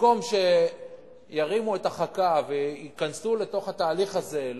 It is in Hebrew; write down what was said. במקום שירימו את החכה וייכנסו לתוך התהליך הזה,